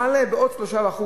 מעלה בעוד 3%